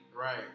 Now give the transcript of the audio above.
Right